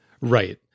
Right